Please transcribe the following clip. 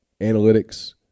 analytics